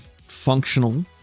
functional